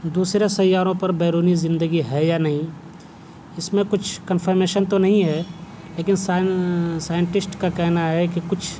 دوسرے سیاروں پر بیرونی زندگی ہے یا نہیں اس میں کچھ کنفرمیشن تو نہیں ہے لیکن سائن سائنٹسٹ کا کہنا ہے کہ کچھ